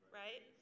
right